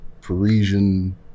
Parisian